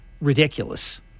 ridiculous